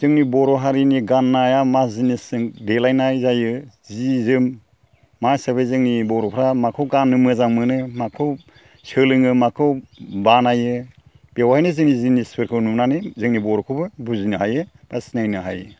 जोंनि बर' हारिनि गाननाया मा जिनिस जों देलायनाय जायो जि जोम मा हिसाबै जोंनि बर'फ्रा माखौ गाननो मोजां मोनो माखौ सोलोङो माखौ बानायो बेवहायनो जोंनि जिनिसफोरखौ नुनानै जोंनि बर'खौबो बुजिनो हायो प्लास नायनो हायो